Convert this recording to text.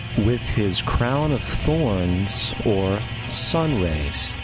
with his crown of thorns, or, sun rays.